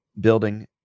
building